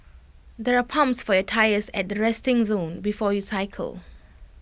there are pumps for your tyres at the resting zone before you cycle